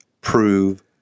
prove